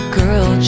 girl